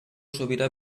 sobirà